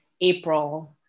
April